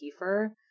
Kiefer